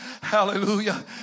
Hallelujah